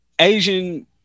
Asian